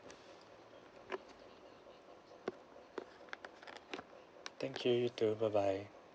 thank you you too bye bye